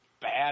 bad